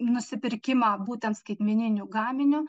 nusipirkimą būtent skaitmeniniu gaminiu